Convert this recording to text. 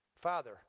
Father